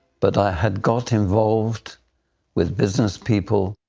but i had got involved with business people,